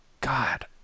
God